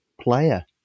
player